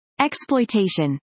Exploitation